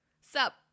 Sup